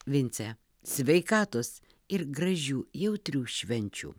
vince sveikatos ir gražių jautrių švenčių